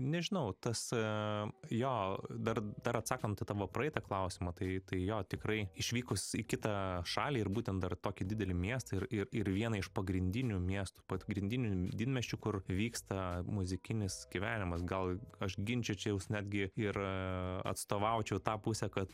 nežinau tas jo dar dar atsakant į tavo praeitą klausimą tai tai jo tikrai išvykus į kitą šalį ir būtent dar tokį didelį miestą ir ir ir vieną iš pagrindinių miestų pagrindinių didmiesčių kur vyksta muzikinis gyvenimas gal aš ginčyčiausi netgi ir atstovaučiau tą pusę kad